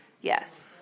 Yes